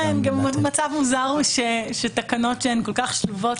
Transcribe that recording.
כן, מצב מוזר שתקנות שהן כל כך חשובות